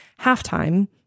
Halftime